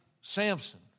Samson